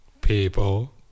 People